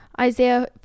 Isaiah